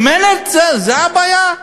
שמנת, זה הבעיה?